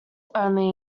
only